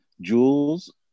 jewels